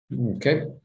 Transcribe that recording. okay